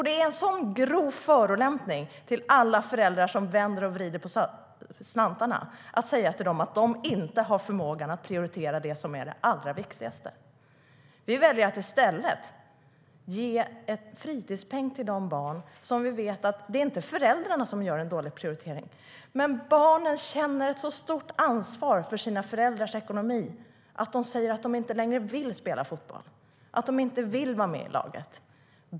Det är en grov förolämpning mot alla föräldrar som vänder och vrider på slantarna att säga till dem att de inte har förmåga att prioritera det som är det allra viktigaste. Vi väljer att i stället ge en fritidspeng. Vi vet att det inte är föräldrarna som gör en dålig prioritering. Barnen känner ett så stort ansvar för sina föräldrars ekonomi att de säger att de inte längre vill spela fotboll, att de inte vill vara med i laget.